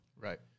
Right